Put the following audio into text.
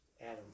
Adam